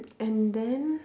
and then